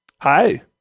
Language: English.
Hi